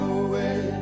away